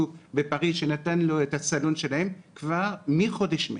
בפריז שנתן לו את הסלון שלהם מחודש מרץ.